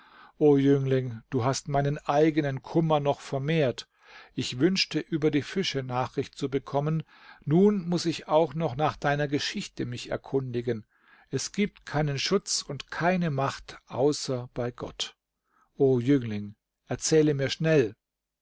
o jüngling du hast meinen eigenen kummer noch vermehrt ich wünschte über die fische nachricht zu bekommen nun muß ich auch noch nach deiner geschichte mich erkundigen es gibt keinen schutz und keine macht außer bei gott o jüngling erzähle mir schnell